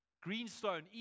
Greenstone